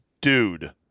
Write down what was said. dude